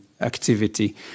activity